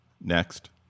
Next